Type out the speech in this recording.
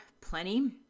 plenty